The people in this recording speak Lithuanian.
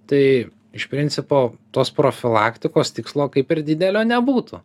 tai iš principo tos profilaktikos tikslo kaip ir didelio nebūtų